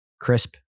Crisp